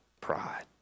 pride